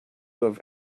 have